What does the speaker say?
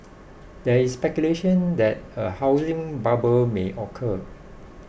there is speculation that a housing bubble may occur